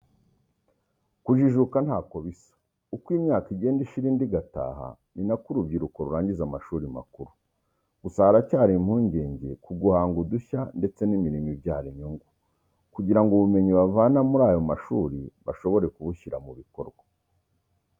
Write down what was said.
Kujijuka ntako bisa, uko imyaka igenda ishira indi igataha ni na ko urubyiruko rurangiza amashuri makuru. Gusa haracyari impungenge kuguhanga udushya ndetse n'imirimo ibyara inyungu, kugira ngo ubumenyi bavana muri ayo mashuri bashobore kubishyira mu bikorwa.